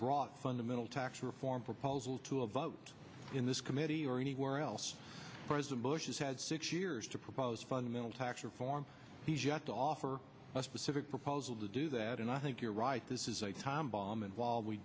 brought fundamental tax reform proposal to a vote in this committee or anywhere else president bush has had six years to propose fundamental tax reform he just offer a specific proposal to do that and i think you're right this is a time bomb and while we